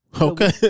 Okay